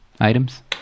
items